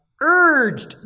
urged